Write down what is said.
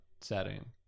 setting